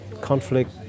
conflict